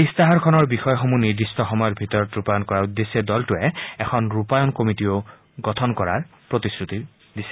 ইস্তাহাৰখনৰ বিষয়সমূহ নিৰ্দিষ্ট সময়ৰ ভিতৰত ৰূপায়ণ কৰাৰ উদ্দেশ্যে দলটোৱে এখন ৰূপায়ণ কমিটী গঠন কৰাৰো প্ৰতিশ্ৰুতি দিছে